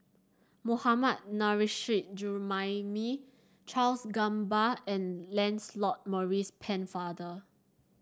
Mohammad Nurrasyid Juraimi Charles Gamba and Lancelot Maurice Pennefather